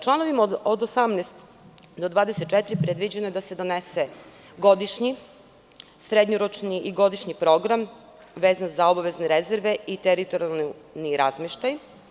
Članovima od 18. do 24. predviđeno je da se donese godišnji i srednjoročni program vezan za obavezne rezerve i teritorijalni razmeštaj.